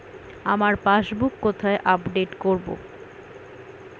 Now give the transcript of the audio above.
আমার পাসবুক কোথায় আপডেট করব?